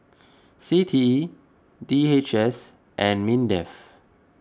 C T E D H S and Mindef